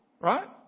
right